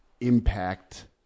impact